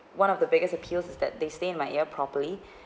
one of the biggest appeals is that they stay in my ear properly